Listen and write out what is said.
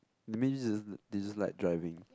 means this is like driving